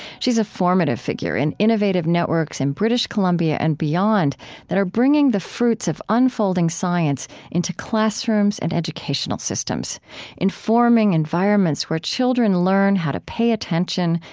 she's a formative figure in innovative networks in british columbia and beyond that are bringing the fruits of unfolding science into classrooms and educational systems informing environments where children learn how to pay attention,